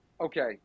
okay